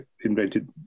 invented